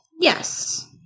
Yes